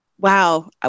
Wow